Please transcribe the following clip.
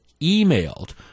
emailed